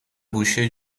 گوشه